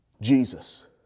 Jesus